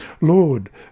Lord